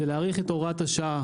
זה להאריך את הוראת השעה,